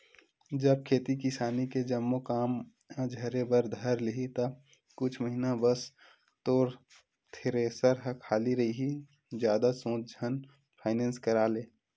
जब खेती किसानी के जम्मो काम ह झरे बर धर लिही ता कुछ महिना बस तोर थेरेसर ह खाली रइही जादा सोच झन फायनेंस करा ले